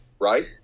right